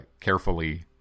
carefully